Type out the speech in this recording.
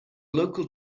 local